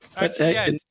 Yes